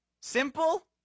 simple